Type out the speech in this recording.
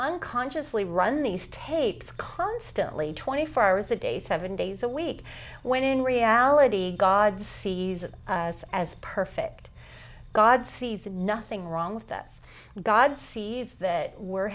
unconsciously run these tapes constantly twenty four hours a day seven days a week when in reality god sees us as perfect god sees nothing wrong with us god sees that were